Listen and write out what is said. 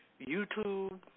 YouTube